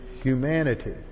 humanity